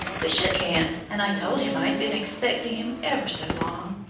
we shook hands, and i told him i'd been expecting him ever so long.